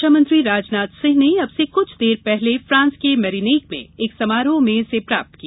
रक्षामंत्री राजनाथ सिंह ने अब से कुछ देर पहले मेरीनेक में एक समारोह में इसे प्राप्त किया